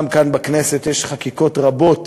גם כאן בכנסת יש חקיקות רבות